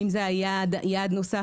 אם זה יעד נוסף,